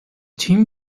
team